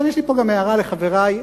יש לי הערה לחברי,